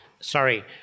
sorry